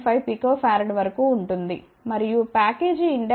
5 pF వరకు ఉంటుంది మరియు ప్యాకేజీ ఇండక్టెన్స్ 0